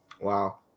wow